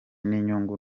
n’inyungu